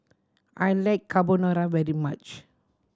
I like Carbonara very much